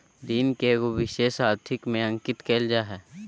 ऋण के एगो विशेष आर्थिक में अंकित कइल जा हइ